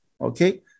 Okay